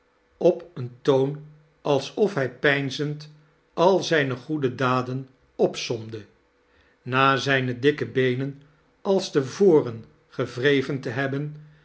op een toon alsof hij peimzend al zijne goede daden opsomde na zijne dikke beenen als te voren gewreven te hebben